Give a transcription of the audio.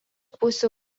pusių